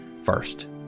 first